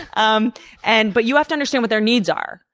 um and but you have to understand what their needs are,